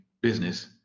business